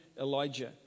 Elijah